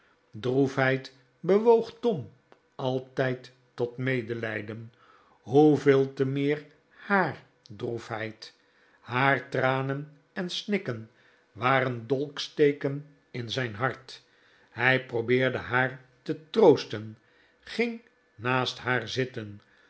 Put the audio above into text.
droefheid bewoog tom altijd tot medelijden hoeveel te meer haar droefheid haar tranen en snikken waren dolksteken in zijn hart hij probeerde haar te troosten ging naast haar zitten